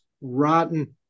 rotten